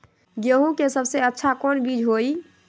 गेंहू के सबसे अच्छा कौन बीज होई?